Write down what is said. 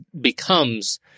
becomes